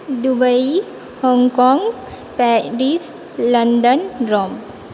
Dubai Hong Kong Paris London Rome